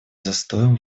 застоем